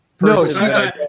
No